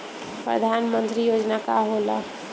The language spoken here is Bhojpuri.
परधान मंतरी योजना का होला?